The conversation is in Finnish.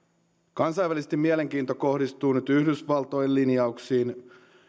kansainvälisesti mielenkiinto kohdistuu nyt yhdysvaltojen linjauksiin